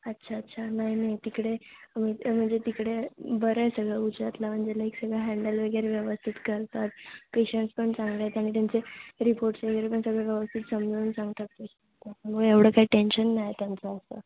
अच्छा अच्छा नाही नाही तिकडे मी तर म्हणजे तिकडे बरं आहे सगळं औषध म्हणजे नईक सगळं हॅंडल वगैरे व्यवस्थित करतात पेशंट्स पण चांगले आहेत त्यांनी त्यांचे रिपोर्ट्स वगैरे पण सगळं व्यवस्थित समजवून सांगतात मग एवढं काही टेंशन नाही त्यांचं असं